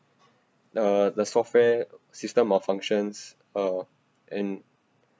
uh the software system malfunctions uh and